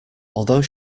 although